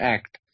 Act